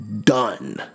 done